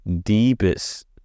deepest